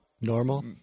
normal